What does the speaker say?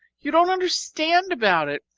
you don't understand about it.